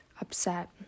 upset